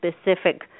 specific